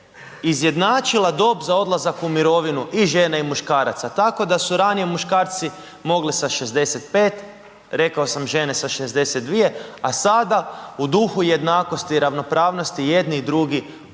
izjednačila dob za odlazak u mirovinu i žena i muškaraca, tako da su ranije muškarci sa 65, rekao sam žene sa 62, a sada u duhu jednakosti i ravnopravnosti, i jedni i drugu u